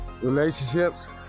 relationships